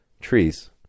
trees